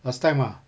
as time ah